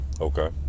Okay